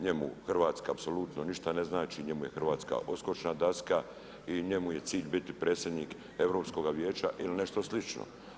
Njemu Hrvatska apsolutno ništa ne znači, njemu je Hrvatska odskočna daska i njemu je cilj biti predsjednik Europskoga vijeća ili nešto slično.